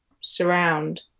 surround